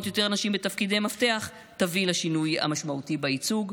יותר נשים בתפקידי מפתח תביא לשינוי משמעותי בייצוג.